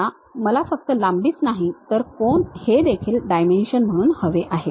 आता मला फक्त लांबीच नाही तर कोन हे देखील डायमेन्शन म्हणून हवे आहेत